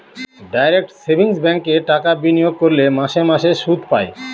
direct savings ব্যাঙ্কে টাকা বিনিয়োগ করলে মাসে মাসে সুদ পায়